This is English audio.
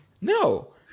no